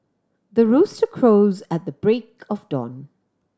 the rooster crows at the break of dawn